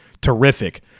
terrific